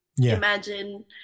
Imagine